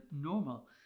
normal